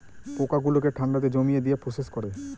পোকা গুলোকে ঠান্ডাতে জমিয়ে দিয়ে প্রসেস করে